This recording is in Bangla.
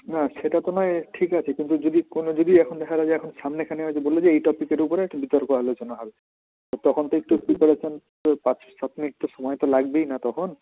না সেটা তো নয় ঠিক আছে যদি কোনো যদি এখন দেখা যায় যে এখন সামনেখানে বললো যে এই টপিকের উপরে একটা বিতর্ক আলোচনা হবে তখন তো একটু প্রিপারেশান তো সাত সাত মিনিট তো সময় তো লাগবেই না তখন